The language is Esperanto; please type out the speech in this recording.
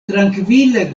trankvile